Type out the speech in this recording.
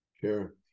Sure